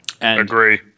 Agree